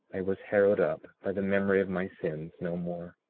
i was harrowed up by the memory of my sins no more.